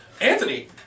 Anthony